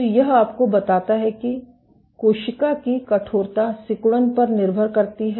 तो यह आपको बताता है कि कोशिका की कठोरता सिकुड़न पर निर्भर करती है